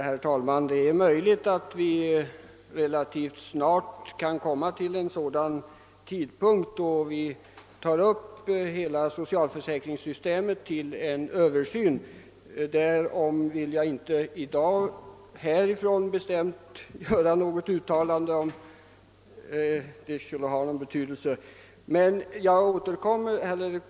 Herr talman! Det är möjligt att vi relativt snart kan komma till den tidpunkten då vi tar upp hela socialförsäkringssystemet till översyn — därom vill jag inte i dag från denna talarstol göra något bestämt uttalande.